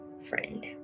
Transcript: friend